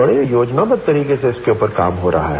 बड़े योजनाबद्व तरीके से इसके ऊपर काम हो रहा है